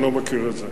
אני לא מכיר את זה.